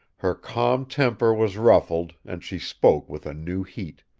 her calm temper was ruffled, and she spoke with a new heat